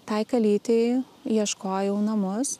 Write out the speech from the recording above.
tai kalytei ieškojau namus